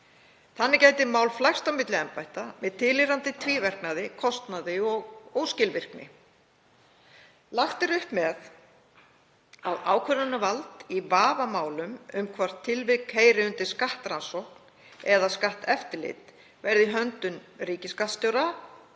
Þannig gæti mál flækst á milli embætta með tilheyrandi tvíverknaði, kostnaði og óskilvirkni. Lagt er upp með að ákvörðunarvald í vafamálum um hvort tilvik heyri undir skattrannsókn eða skatteftirlit verði í höndum ríkisskattstjóra